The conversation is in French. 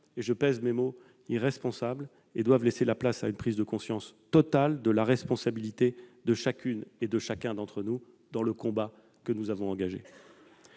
je pèse mes mots -irresponsables et doivent laisser place à une prise de conscience totale de la responsabilité de chacune et de chacun d'entre nous dans le combat que nous avons engagé.